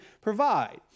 provide